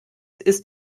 ist